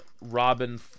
Robin